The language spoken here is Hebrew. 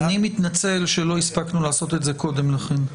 אני מתנצל שלא הספקנו לעשות את זה קודם לכן.